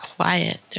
quiet